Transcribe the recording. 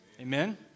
Amen